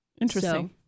Interesting